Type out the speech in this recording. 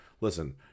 Listen